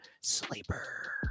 Sleeper